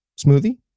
smoothie